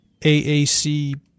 aac